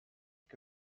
que